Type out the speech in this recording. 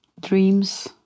dreams